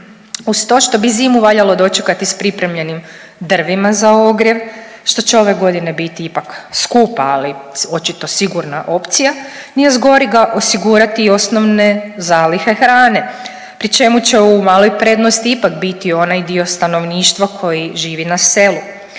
Uz to što bi zimu valjalo dočekati s pripremljenim drvima za ogrjev, što će ove godine biti ipak skupa, ali očito sigurna opcija, nije zgorega osigurati i osnovne zalihe hrane, pri čemu će u maloj prednosti ipak biti onaj dio stanovništva koji živi na selu.